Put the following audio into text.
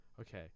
Okay